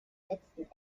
letzten